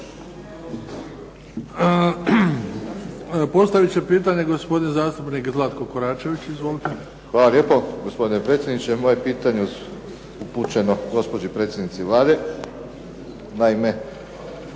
Postavit će pitanje gospodin zastupnik Zlatko Koračević. Izvolite. **Koračević, Zlatko (HNS)** Hvala lijepo gospodine predsjedniče. Moje pitanje je upućeno gospođi predsjednici Vlade. Naime,